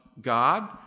God